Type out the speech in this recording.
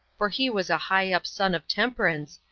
for he was a high-up son of temperance,